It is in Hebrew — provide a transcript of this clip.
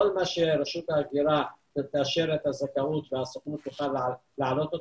כל מי שרשות ההגירה תאשר את הזכאות והסוכנות תוכל להעלות,